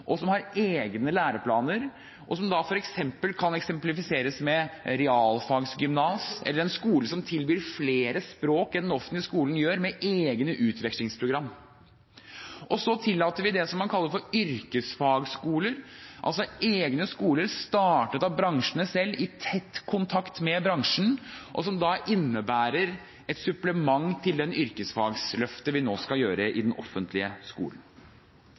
Kunnskapsløftet, som har egne læreplaner, og som kan eksemplifiseres med realfagsgymnas eller en skole som tilbyr flere språk enn den offentlige skolen gjør, med egne utvekslingsprogram. Så tillater vi det man kaller for yrkesfagskoler, egne skoler startet av bransjene selv, eller i tett kontakt med bransjene, og som da vil innebære et supplement til det yrkesfagløftet vi nå skal gjennomføre i den offentlige skolen.